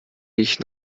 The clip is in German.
ich